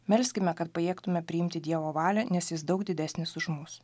melskime kad pajėgtume priimti dievo valią nes jis daug didesnis už mus